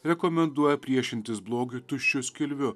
rekomenduoja priešintis blogiui tuščiu skilviu